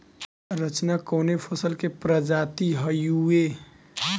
रचना कवने फसल के प्रजाति हयुए?